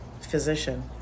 physician